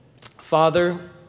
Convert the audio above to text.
Father